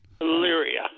Illyria